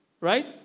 Right